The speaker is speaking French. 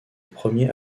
premier